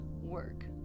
work